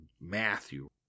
Matthew